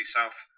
South